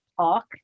talk